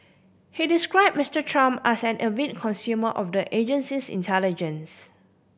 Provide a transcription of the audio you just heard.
he describe Mister Trump as an avid consumer of the agency's intelligence